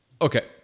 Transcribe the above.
Okay